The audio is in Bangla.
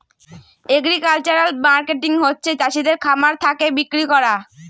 এগ্রিকালচারাল মার্কেটিং হচ্ছে চাষিদের খামার থাকে বিক্রি করা